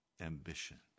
ambition